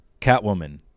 Catwoman